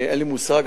אין לי מושג,